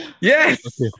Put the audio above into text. Yes